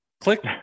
click